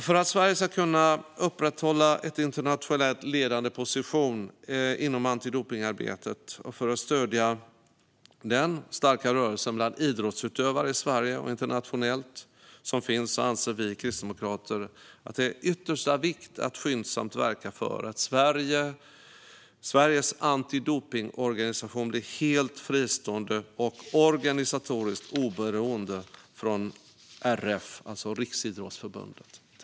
För att Sverige ska kunna upprätthålla en internationellt ledande position inom antidopningsarbetet och för att kunna stödja den starka rörelsen bland idrottsutövare i Sverige och internationellt anser vi kristdemokrater att det är av yttersta vikt att skyndsamt verka för att Sveriges antidopningsorganisation blir helt fristående och organisatoriskt oberoende av RF, Riksidrottsförbundet.